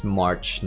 march